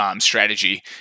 strategy